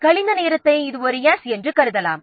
எனவே கழிந்த நேரத்தை இது ஒரு 's' என்று கருதலாம்